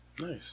Nice